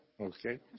Okay